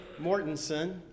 Mortenson